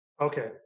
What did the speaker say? Okay